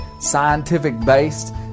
scientific-based